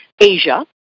Asia